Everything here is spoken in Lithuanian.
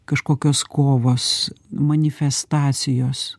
kažkokios kovos manifestacijos